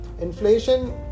inflation